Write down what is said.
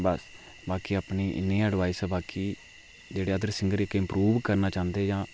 बस बाकी अपनी इ'न्नी गै एडवाइस ऐ बाकी जेह्डे़ अदर सिंगर जेह्के इम्प्रूव करना चाहंदे जां